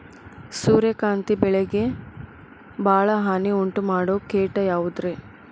ಸೂರ್ಯಕಾಂತಿ ಬೆಳೆಗೆ ಭಾಳ ಹಾನಿ ಉಂಟು ಮಾಡೋ ಕೇಟ ಯಾವುದ್ರೇ?